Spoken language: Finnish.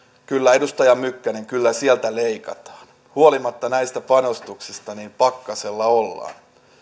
kyllä edustaja mykkänen kyllä sieltä leikataan huolimatta näistä panostuksista pakkasella ollaan